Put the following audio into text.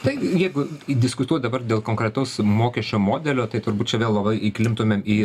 tai jeigu diskutuot dabar dėl konkretaus mokesčio modelio tai turbūt čia vėl labai įklimptumėm į